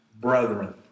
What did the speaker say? brethren